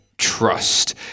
trust